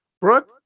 Brooke